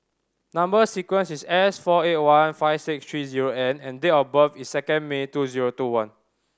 number sequence is S four eight one five six three zero N and date of birth is second May two zero two one